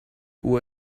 uhr